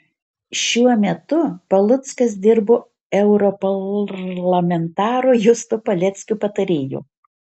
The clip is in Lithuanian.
šiuo metu paluckas dirbo europarlamentaro justo paleckio patarėju